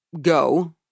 go